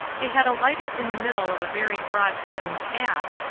they had alighted in the middle of a very broad garden path,